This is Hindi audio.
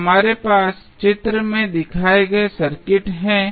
तो हमारे पास चित्र में दिए गए सर्किट हैं